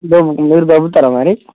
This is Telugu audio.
మేము మీరు దొరుకుతారా మరి